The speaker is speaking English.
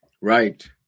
Right